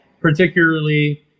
particularly